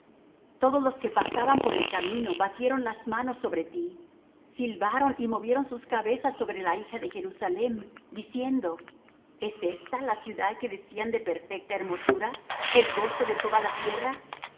todos los que pasaban por el camino batieron las manos sobre ti silbaron y movieron sus cabezas sobre la hija de jerusalem diciendo es ésta la ciudad que decían de perfecta hermosura el gozo de toda la tierra